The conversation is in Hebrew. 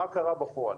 מה קרה בפועל?